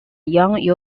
young